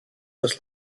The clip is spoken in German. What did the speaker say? das